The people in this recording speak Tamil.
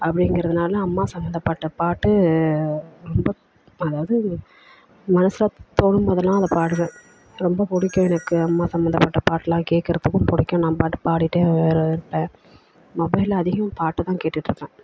அப்படிங்குறதுனால அம்மா சம்பந்தப்பட்ட பாட்டு ரொம்ப அதாவது மனதில் தோணும் போதெல்லாம் அதை பாடுவேன் ரொம்ப பிடிக்கும் எனக்கு அம்மா சம்பந்தப்பட்ட பாட்டுலாம் கேட்குறத்துக்கும் பிடிக்கும் நான் பாட்டு பாடிட்டே வேற இருப்பேன் மொபைலில் அதிகம் பாட்டு தான் கேட்டுட்டு இருப்பேன்